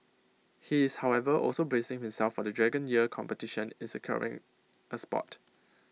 he is however also bracing himself for the dragon year competition is caring A spot